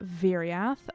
Viriath